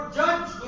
judge